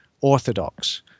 orthodox